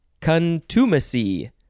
contumacy